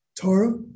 Torah